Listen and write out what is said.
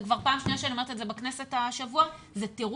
זאת כבר עם שנייה שאני אומרת את זה בכנסת השבוע זה תירוץ.